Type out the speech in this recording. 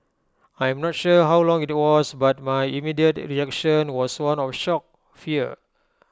I am not sure how long IT was but my immediate reaction was one of shock fear